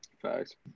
Facts